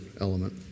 element